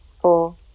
four